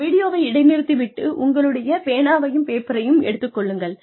இந்த வீடியோவை இடைநிறுத்தி விட்டு உங்களுடைய பேனாவையும் பேப்பரையும் எடுத்துக் கொள்ளுங்கள்